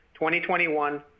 2021